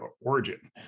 origin